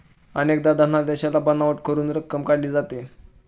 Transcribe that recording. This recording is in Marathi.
अनेकदा धनादेशाला बनावट करून रक्कम काढली जाते